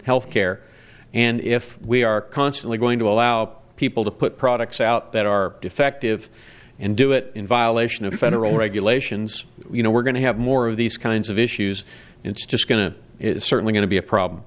health care and if we are constantly going to allow people to put products out that are defective and do it in violation of federal regulations you know we're going to have more of these kinds of issues and it's just going to it's certainly going to be a problem